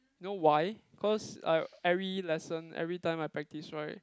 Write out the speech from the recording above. you know why cause I every lesson every time I practice right